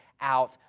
out